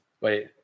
wait